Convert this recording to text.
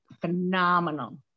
phenomenal